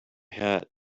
hat